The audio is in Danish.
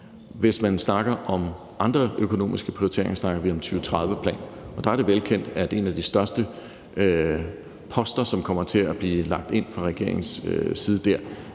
Hvis man snakker om andre økonomiske prioriteringer, snakker vi om 2030-planen, og der er det velkendt, at en af de største poster, som kommer til at blive lagt ind fra regeringens side dér,